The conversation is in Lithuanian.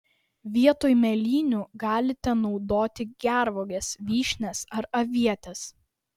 vietoj mėlynių galite naudoti gervuoges vyšnias ar avietes